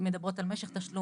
עם עסקים קטנים